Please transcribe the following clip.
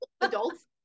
Adults